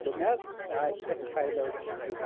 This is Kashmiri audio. دوٚپمَے حظ اَز چھِ گژھان ہاے لیوٚلہِ پٮ۪ٹھ ژوٗر